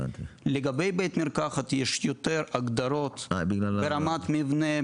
לגבי בית מרקחת יש יותר הגדרות ברמת מבנה,